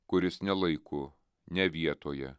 kuris ne laiku ne vietoje